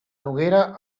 noguera